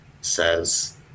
says